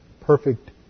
perfect